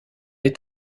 est